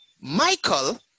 Michael